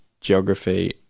geography